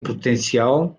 potencial